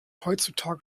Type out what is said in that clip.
heutzutage